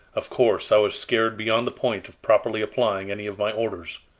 of course, i was scared beyond the point of properly applying any of my orders.